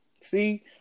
See